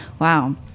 Wow